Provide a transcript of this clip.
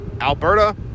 Alberta